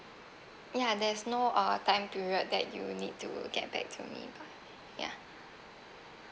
ya there's no uh time period that you need to get back to me ya